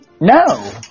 No